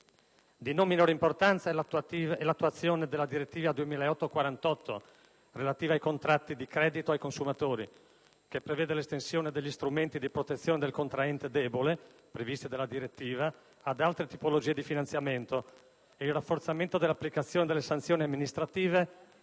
Di non minore importanza è l'attuazione della direttiva 2008/48, relativa ai contratti di credito ai consumatori, che prevede l'estensione degli strumenti di protezione del contraente debole - previsti dalla direttiva - ad altre tipologie di finanziamento e il rafforzamento dell'applicazione delle sanzioni amministrative